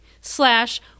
slash